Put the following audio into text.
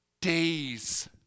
days